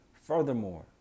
Furthermore